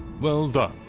well done,